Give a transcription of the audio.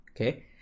Okay